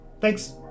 thanks